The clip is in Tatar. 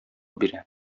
бирә